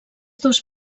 dos